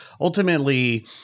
ultimately